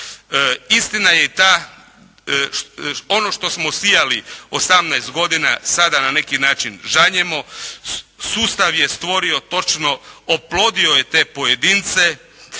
Istina je i ta, ono što smo sijali 18 godina sada na neki način žanjemo. Sustav je stvorio točno oplodio je te pojedince.